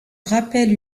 rappelle